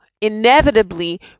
inevitably